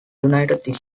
united